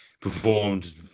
performed